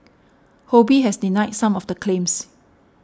Ho Bee has denied some of the claims